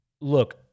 look